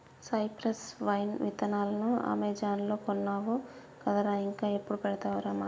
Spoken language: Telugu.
సైప్రస్ వైన్ విత్తనాలు అమెజాన్ లో కొన్నావు కదరా ఇంకా ఎప్పుడు పెడతావురా మధు